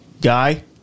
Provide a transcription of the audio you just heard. guy